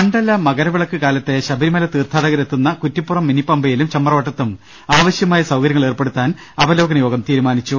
മണ്ഡല മകരവിളക്ക് കാലത്ത് ശബ്രിമല തീർത്ഥാടകരെത്തുന്ന കുറ്റിപ്പുറം മിനി പമ്പയിലും ചമ്രവട്ടത്തും ആവശ്യമായ സൌകര്യ ങ്ങൾ ഏർപ്പെടുത്താൻ അവലോകന യോഗം തീരുമാനിച്ചു